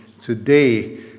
today